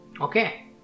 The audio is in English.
Okay